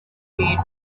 need